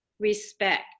Respect